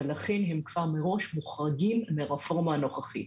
ולכן הם כבר מראש מוחרגים מהרפורמה הנוכחית.